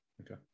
Okay